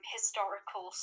Historical